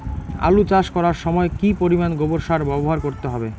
আলু চাষ করার সময় কি পরিমাণ গোবর সার ব্যবহার করতে হবে?